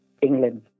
England